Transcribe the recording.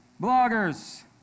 bloggers